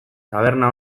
taberna